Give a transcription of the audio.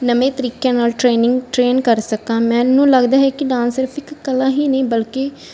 ਨਵੇਂ ਤਰੀਕਿਆਂ ਨਾਲ ਟ੍ਰੇਨਿੰਗ ਟ੍ਰੇਨ ਕਰ ਸਕਾਂ ਮੈਨੂੰ ਲੱਗਦਾ ਹੈ ਕਿ ਡਾਂਸ ਸਿਰਫ ਇੱਕ ਕਲਾ ਹੀ ਨਹੀਂ ਬਲਕਿ